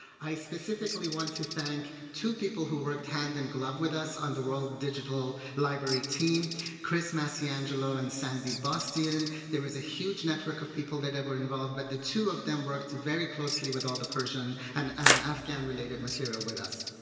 i specifically want to thank two people who worked hand-in-glove with us on the world digital library team. chris masiangelo and sandy bastian. there was a huge network of people that were involved, but the two of them worked very closely with all the persian and afghan-related material with us.